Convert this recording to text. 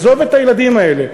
עזוב את הילדים האלה.